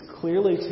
clearly